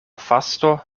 fasto